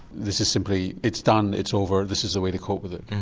this is simply it's done, it's over, this is the way to cope with it.